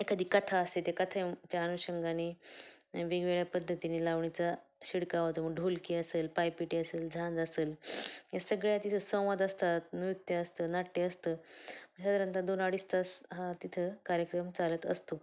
एखादी कथा असते त्या कथेच्या अनुषंगाने वेगवेगळ्या पद्धतीने लावणीचा शिडकावा होतो मग ढोलकी असेल पायपेटी असेल झांज असेल या सगळ्या तिथं संवाद असतात नृत्य असतं नाट्य असतं साधारणतः दोन अडीच तास हा तिथं कार्यक्रम चालत असतो